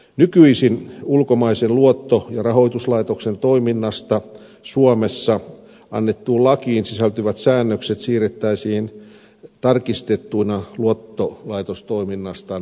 nykyisin ulkomaisen luotto ja rahoituslaitoksen toiminnasta suomessa annettuun lakiin sisältyvät säännökset siirrettäisiin tarkistettuina luottolaitostoiminnasta annettuun lakiin eli tähän